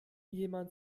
jemand